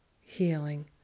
healing